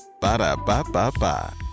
Ba-da-ba-ba-ba